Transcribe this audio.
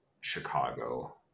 Chicago